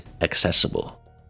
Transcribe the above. accessible